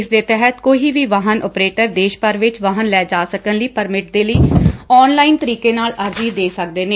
ਇਸਦੇ ਤਹਿਤ ਕੋਵੀ ਵੀ ਵਾਹਨ ਆਪਰੇਟਰ ਦੇਸ਼ ਭਰ ਵਿੱਚ ਵਾਹਨ ਲੈ ਜਾ ਸਕਣ ਲਈ ਪਰਮਿਟ ਦੇ ਲਈ ਆਨਲਾਇਨ ਤਰੀਕੇ ਨਾਲ ਅਰਜ਼ੀ ਦੇ ਸਕਦੇ ਨੇ